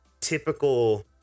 typical